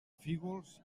fígols